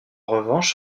revanche